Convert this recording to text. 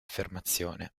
affermazione